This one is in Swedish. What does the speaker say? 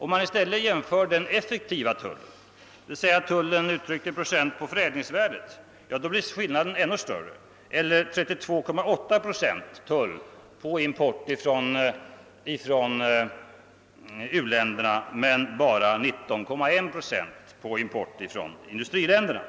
Jämför man i stället den effektiva tullen, d.v.s. tullen uttryckt i procent på förädlingsvärdet, blir skillnaden ännu större eller 32,8 procent tull på import från u-länderna och 19,1 procent tull på import från industriländerna.